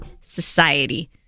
Society